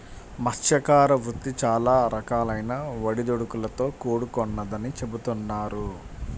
మత్స్యకార వృత్తి చాలా రకాలైన ఒడిదుడుకులతో కూడుకొన్నదని చెబుతున్నారు